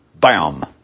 bam